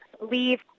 leave